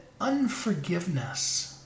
unforgiveness